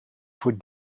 voor